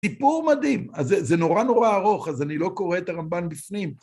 סיפור מדהים, זה נורא נורא ארוך, אז אני לא קורא את הרמב"ן בפנים.